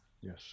Yes